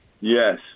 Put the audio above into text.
Yes